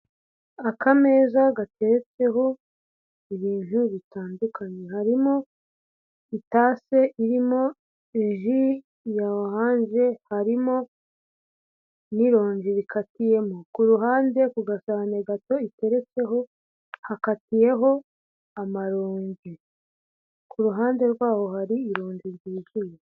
Akameza gateretseho ibintu bitandukanye harimo itase irimo ji ya orange harimo n'irongi rikatiyemo kuru ruhande ku gasahane gato iteretseho hakatiyeho amaronge kuru ruhande rwaho hari ironndi ryuzuye.